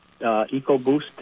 EcoBoost